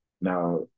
Now